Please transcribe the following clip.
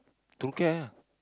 don't care lah